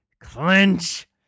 clench